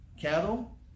cattle